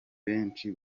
benshi